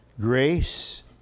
Grace